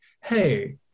hey